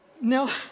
No